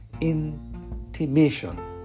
intimation